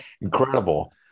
incredible